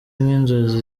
nk’inzozi